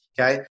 okay